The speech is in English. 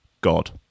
God